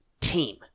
team